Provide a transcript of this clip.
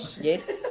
Yes